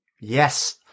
Yes